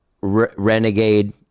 renegade